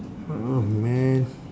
oh man